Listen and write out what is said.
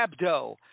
Abdo